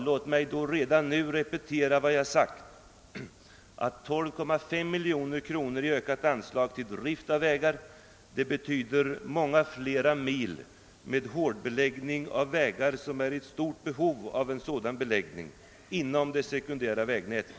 Låt mig därför redan nu upprepa vad jag tidigare framhållit, nämligen att 12,5 miljoner kronor i ökat anslag till drift av vägar betyder många fler mil av hårdbeläggning av vägar, vilka är i stort behov härav, inom det sekundära vägnätet.